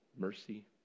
Mercy